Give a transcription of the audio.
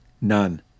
None